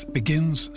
begins